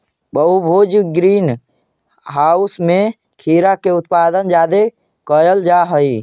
बहुभुज greenhouse में खीरा के उत्पादन जादे कयल जा हई